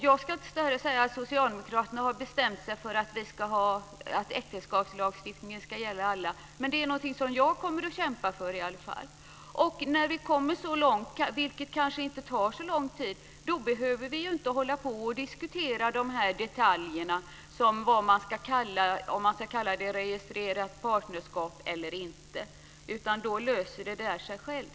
Jag ska inte säga att Socialdemokraterna har bestämt sig för att äktenskapslagstiftningen ska gälla alla, men jag kommer i alla fall att kämpa för det. När vi kommer så långt, vilket kanske inte tar så lång tid, behöver vi inte diskutera detaljerna, om man ska kalla det registrerat partnerskap eller inte. Då löser det sig självt.